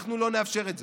אנחנו לא נאפשר את זה.